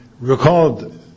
recalled